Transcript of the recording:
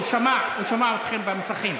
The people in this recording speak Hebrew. הוא שמע, הוא שמע אתכם במסכים.